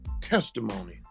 testimony